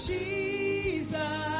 Jesus